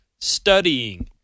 studying